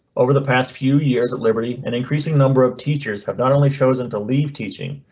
over the past few years at liberty, an increasing number of teachers have not only chosen to leave teaching,